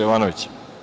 Jovanović.